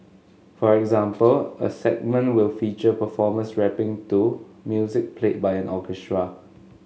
for example a segment will feature performers rapping to music played by orchestra